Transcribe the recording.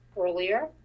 earlier